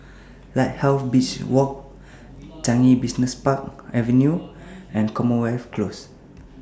Lighthouse Beach Walk Changi Business Park Avenue and Commonwealth Close